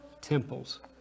temples